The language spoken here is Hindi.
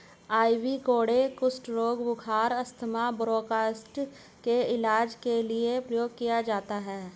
आइवी गौर्डो कुष्ठ रोग, बुखार, अस्थमा, ब्रोंकाइटिस के इलाज के लिए प्रयोग किया जाता है